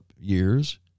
years